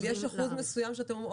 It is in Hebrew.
אבל יש אחוז מסוים שאתם אומרים,